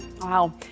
Wow